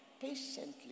patiently